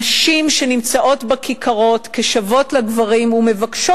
נשים שנמצאות בכיכרות כשוות לגברים ומבקשות